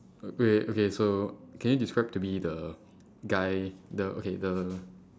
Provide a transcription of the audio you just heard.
wait wait wait okay so can you describe to me the guy the okay the